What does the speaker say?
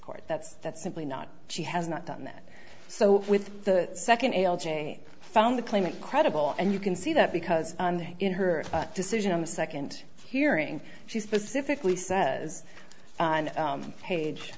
court that's that's simply not she has not done that so with the second a l j found the claimant credible and you can see that because in her decision in the second hearing she specifically says